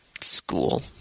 school